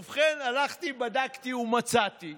ובכן, הלכתי, בדקתי ומצאתי